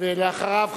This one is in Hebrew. אחריו,